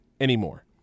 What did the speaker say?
anymore